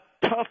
Tough